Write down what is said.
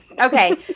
okay